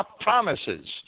promises